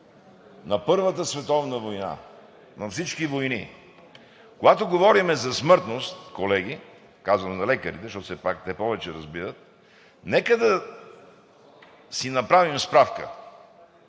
Втората световна война, на всички войни – когато говорим за смъртност, колеги – казвам на лекарите, защото все пак те повече разбират, нека да си направим справка: